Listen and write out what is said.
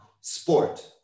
sport